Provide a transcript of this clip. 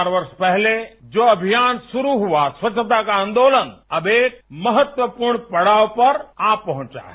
चार वर्ष पहले जो अभियान शरू हआए सवचछता का आनदोलन अब एक महतवपूर्ण पड़ाव पर आ पहक्षा है